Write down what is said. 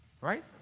right